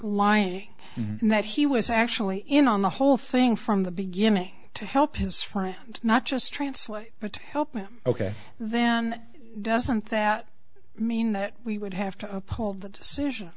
lying and that he was actually in on the whole thing from the beginning to help his friend not just translate for to help him ok then doesn't that mean that we would have to uphold that decision